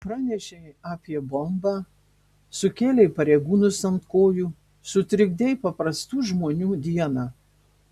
pranešei apie bombą sukėlei pareigūnus ant kojų sutrikdei paprastų žmonių dieną